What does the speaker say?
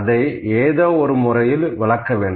அதை ஏதோ ஒரு முறையில் விளக்க வேண்டும்